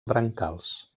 brancals